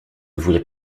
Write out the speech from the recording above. voulait